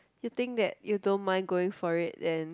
you think that you don't mind going for it then